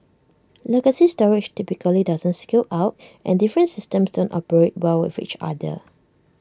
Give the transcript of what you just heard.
legacy storage typically doesn't scale out and different systems don't operate well with each other